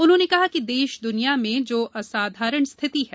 उन्होंने कहा कि देश दुनिया में जो असाधारण स्थिति है